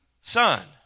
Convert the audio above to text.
son